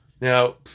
Now